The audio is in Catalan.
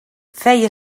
feia